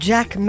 Jack